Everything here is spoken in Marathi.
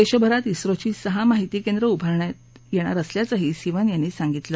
देशभरात इस्रोची सहा माहिती केंद्र उभारणार असल्याचंही सिवन यांनी सांगितलं